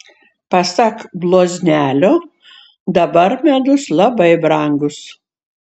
pasak bloznelio dabar medus labai brangus